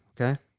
Okay